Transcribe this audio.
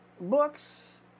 books